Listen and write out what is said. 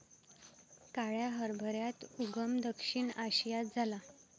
काळ्या हरभऱ्याचा उगम दक्षिण आशियात झाला